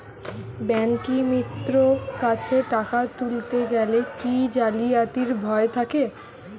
ব্যাঙ্কিমিত্র কাছে টাকা তুলতে গেলে কি জালিয়াতির ভয় থাকে?